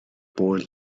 boy